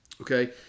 Okay